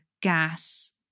gas